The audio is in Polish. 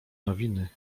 nowiny